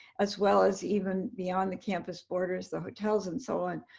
as well as even beyond the campus borders, the hotels and so on.